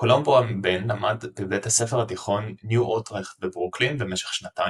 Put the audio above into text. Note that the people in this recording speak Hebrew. קולומבו הבן למד בבית הספר התיכון ניו אוטרכט בברוקלין במשך שנתיים,